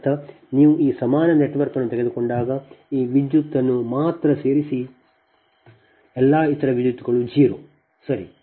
ಇದರರ್ಥ ನೀವು ಈ ಸಮಾನ ನೆಟ್ವರ್ಕ್ ಅನ್ನು ತೆಗೆದುಕೊಂಡಾಗ ಈ ವಿದ್ಯುತ್ಅನ್ನು ಮಾತ್ರ ಸೇರಿಸಿ ಎಲ್ಲಾ ಇತರ ವಿದ್ಯುತ್ಗಳು 0 ಸರಿ